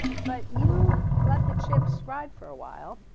but you let the chips ride for a while,